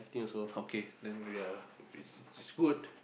okay then we are it's good